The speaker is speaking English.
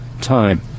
time